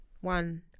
one